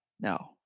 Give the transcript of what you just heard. no